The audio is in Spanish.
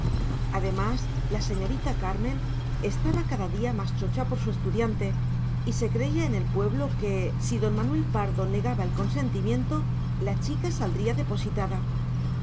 además la señorita carmen estaba cada día más chocha por su estudiante y se creía en el pueblo que si don manuel pardo negaba el consentimiento la chica saldría depositada